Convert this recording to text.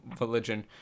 religion